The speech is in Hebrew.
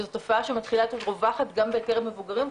שהיא תופעה שבעצם רווחת גם בקרב מבוגרים,